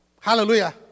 Hallelujah